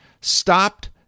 stopped